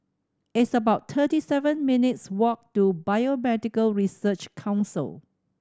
it's about thirty seven minutes' walk to Biomedical Research Council